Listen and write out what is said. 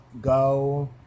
go